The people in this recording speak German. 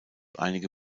einige